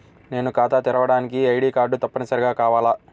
నేను ఖాతా తెరవడానికి ఐ.డీ కార్డు తప్పనిసారిగా కావాలా?